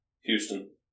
Houston